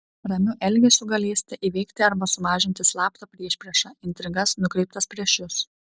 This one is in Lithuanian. ramiu elgesiu galėsite įveikti arba sumažinti slaptą priešpriešą intrigas nukreiptas prieš jus